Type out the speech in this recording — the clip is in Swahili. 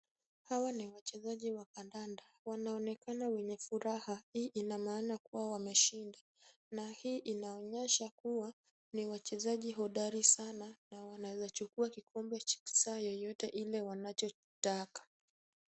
Hawa ni wachezaji wa kandanda, wanaonekana wenye furaha, hii ina maana kuwa wameshinda na hii inaonyesha kuwa ni wachezaji hodari sana na wanaweza chukua kikombe saa yoyote ile wanachotaka.